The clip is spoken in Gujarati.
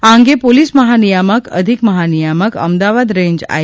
આ અંગે પોલીસ મહાનિયામક અધિક મહાનિયામક અમદાવાદ રેન્જ આઇ